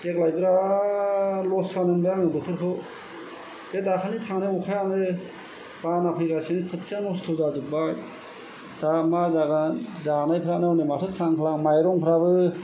देग्लाय बिराद लस जानाय मोनबाय आं बोथोरखौ बे दाखालि थांनाय अखायानो बाना फैगासेयावनो खोथिया नस्त' जाजोबबाय दा मा जागोन जानायफ्रानो हनै माथो ख्लां ख्लां माइरंफ्रानो